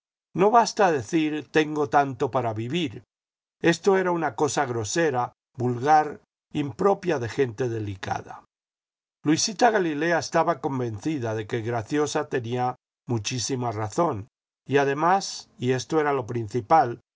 no basta decir tengo tanto para vivir esto era una cosa grosera vulgar impropia de gente delicada luisita galilea estaba convencida de que graciosa tenía muchísima razón y además y esto era lo principal le